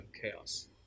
chaos